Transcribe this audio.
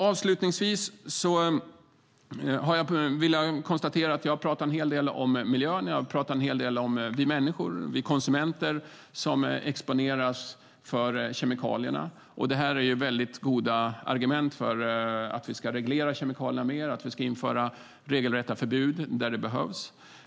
Avslutningsvis vill jag konstatera att jag har talat en hel del om miljön och en hel del om oss människor, oss konsumenter, som exponeras för kemikalierna. Det här är väldigt goda argument för att vi ska reglera kemikalierna mer, att vi ska införa regelrätta förbud där det behövs.